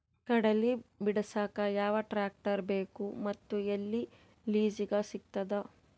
ಕಡಲಿ ಬಿಡಸಕ್ ಯಾವ ಟ್ರ್ಯಾಕ್ಟರ್ ಬೇಕು ಮತ್ತು ಎಲ್ಲಿ ಲಿಜೀಗ ಸಿಗತದ?